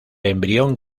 embrión